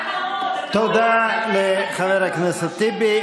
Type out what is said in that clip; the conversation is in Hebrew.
תודה לחבר הכנסת טיבי.